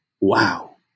wow